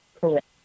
Correct